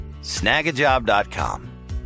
snagajob.com